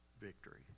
victory